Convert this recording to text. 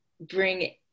bring